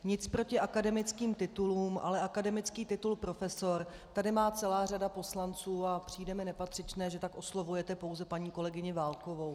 Nic proti akademickým titulům, ale akademický titul profesor tady má celá řada poslanců a přijde mi nepatřičné, že tak oslovujete pouze paní kolegyni Válkovou.